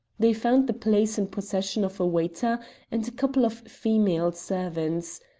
they found the place in possession of a waiter and a couple of female servants.